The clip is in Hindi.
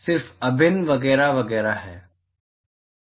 तो यह सिर्फ अभिन्न वगैरह वगैरह है